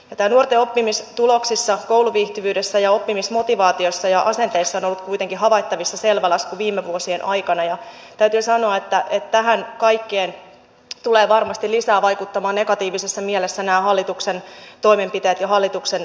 näissä nuorten oppimistuloksissa kouluviihtyvyydessä ja oppimismotivaatiossa ja asenteissa on ollut kuitenkin havaittavissa selvä lasku viime vuosien aikana ja täytyy sanoa että tähän kaikkeen tulevat varmasti lisää vaikuttamaan negatiivisessa mielessä nämä hallituksen toimenpiteet ja hallituksen säästöpaketit